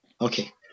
Okay